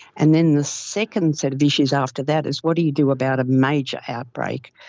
and then the second set of issues after that is what do you do about a major outbreak.